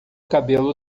cabelo